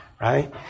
Right